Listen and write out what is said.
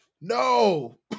No